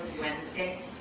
Wednesday